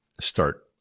start